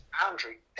boundary